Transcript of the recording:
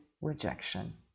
rejection